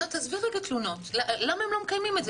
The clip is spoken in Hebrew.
תעזבי רגע תלונות, למה הם לא מקיימים את זה?